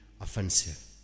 offensive